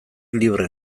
libre